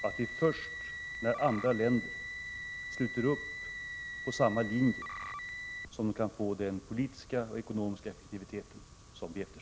Det är först när andra länder sluter upp på samma linje som sanktionerna kan få den ekonomiska och politiska effekt som vi eftersträvar.